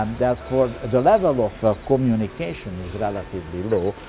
um therefore the level of communication is relatively low,